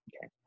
okay